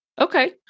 Okay